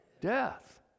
death